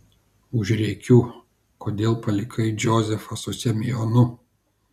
užrėkiu kodėl palikai džozefą su semionu